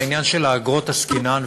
בעניין של האגרות עסקינן,